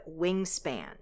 wingspan